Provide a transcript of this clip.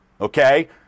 okay